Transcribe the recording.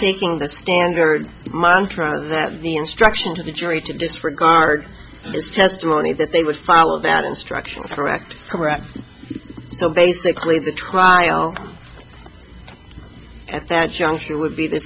thinking that's standard montreaux that the instruction to the jury to disregard his testimony that they would follow that instruction or act correct so basically the trial at that juncture would be the